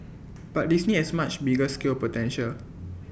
but Disney has much bigger scale potential